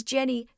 Jenny